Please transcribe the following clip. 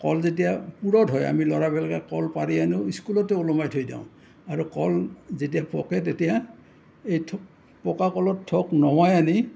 কল যেতিয়া পুৰঠ হয় আমি ল'ৰাবিলাকে কল পাৰি আনো স্কুলতো ওলোমাই থৈ দিওঁ আৰু কল যেতিয়া পকে তেতিয়া এই থোক পকা কলৰ থোক নমাই আনি